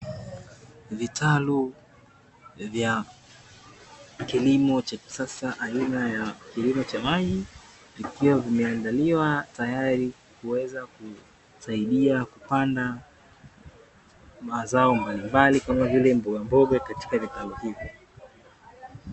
Vitalu vya kilimo cha kisasa aina ya kilimo cha maji, vikiwa vimeandaliwa tayari kuweza kusaidia kupanda mazao mbalimbali kama vile mbogamboga katika vitalu hivyo.